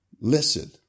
listen